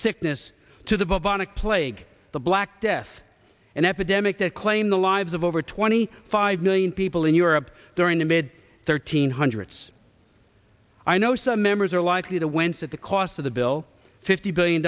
sickness to the vanished plague the black death an epidemic that claimed the lives of over twenty five million people in europe during the mid thirteen hundred s i know some members are likely to wince at the cost of the bill fifty billion